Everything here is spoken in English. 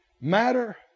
Matter